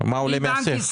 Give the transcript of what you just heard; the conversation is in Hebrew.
מה עולה מהשיח?